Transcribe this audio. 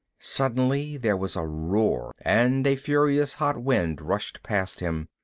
suddenly there was a roar, and a furious hot wind rushed past him,